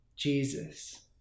Jesus